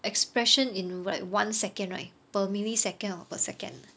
expression in wha~ like one second right per millisecond or per second